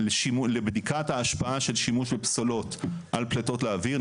לבדיקת ההשפעה של שימוש בפסולות על פלטות לאוויר,